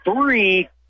three